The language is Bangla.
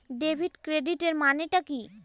ডেবিট ক্রেডিটের মানে টা কি?